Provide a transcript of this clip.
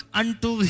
unto